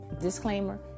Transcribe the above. disclaimer